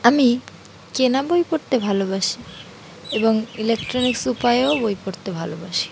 আমি কেনা বই পড়তে ভালোবাসি এবং ইলেকট্রনিক্স উপায়েও বই পড়তে ভালোবাসি